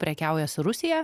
prekiauja su rusija